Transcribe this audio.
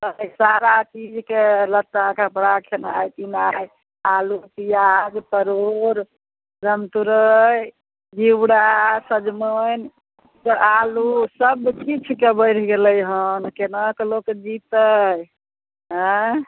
हय सारा चीजके लत्ता कपड़ा खेनाइ पिनाइ आलु पिआज परोड़ रामतुरै घिउरा सजमनि आलु सबकिछु के बढ़ि गेलै हन केना कऽ लोक जीतै आँइ